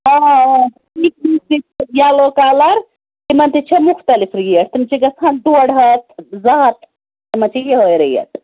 آ آ yellow colour تِمن تہِ چھِ مختلف ریٹ تِم چھِ گَژھان ڈۄڈ ہتھ زٕ ہتھ تِمن چھِ یِہٲے ریٹ